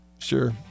Sure